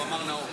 הוא אמר "נאור".